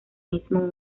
mismo